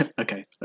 Okay